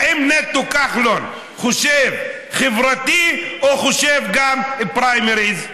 האם נטו כחלון חושב חברתית או חושב גם פריימריז?